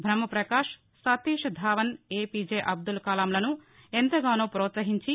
Brahmaprakash Satish Dhawan APJ Abdul కలాంలను ఎంతగానో ప్రోత్సహించి